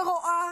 שרואה